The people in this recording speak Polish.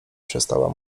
przestała